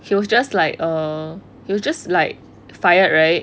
he was just like uh he was just like fired right